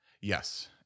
yes